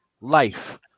life